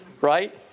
right